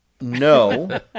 No